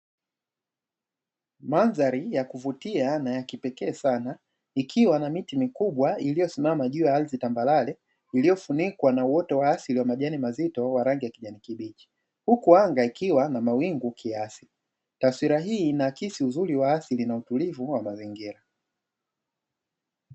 Mandhari ya kuvutia na ya kipekee sana ikiwa na miti mikubwa iliyosimama juu ya ardhi tambarare iliyofunikwa na uoto wa asili wa majani mazito wa rangi ya kijani kibichi huku anga ikiwa na mawingu kiasi taswira hii inakisi uzuri wa asili na utulivu wa mazingira.